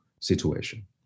situation